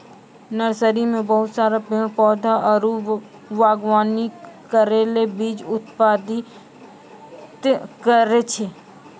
nursery मे बहुत सारा पेड़ पौधा आरु वागवानी करै ले बीज उत्पादित करै छै